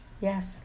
Yes